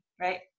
right